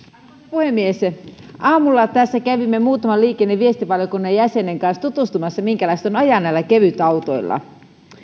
puhemies aamulla tässä kävimme muutaman liikenne ja viestintävaliokunnan jäsenen kanssa tutustumassa minkälaista on ajaa näillä kevytautoilla